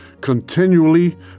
continually